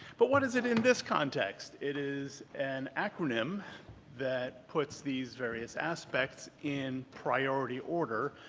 but what is it in this context? it is an acronym that puts these various aspects in priority order,